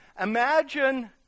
Imagine